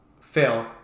fail